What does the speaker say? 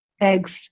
eggs